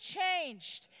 changed